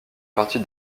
partie